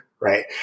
Right